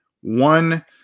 one